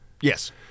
Yes